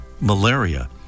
malaria